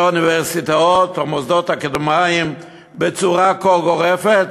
אוניברסיטאות או מוסדות אקדמיים בצורה כה גורפת?